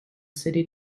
city